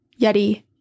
Yeti